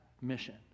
mission